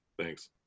thanks